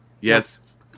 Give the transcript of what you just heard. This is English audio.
Yes